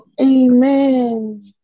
Amen